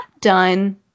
done